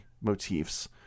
motifs